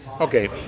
Okay